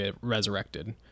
resurrected